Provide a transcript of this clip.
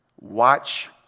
watch